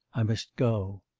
i must go